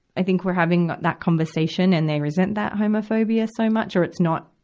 i think we're having that conversation and they resent that homophobia so much or it's not,